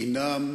הם,